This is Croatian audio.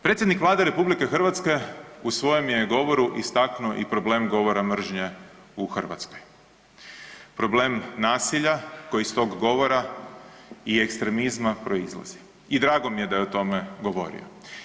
Predsjednik Vlade RH u svojem je govoru istaknuo i problem govora mržnje u Hrvatskoj, problem nasilja koji iz tog govora i ekstremizma proizlazi i drago mi je da je o tome govorio.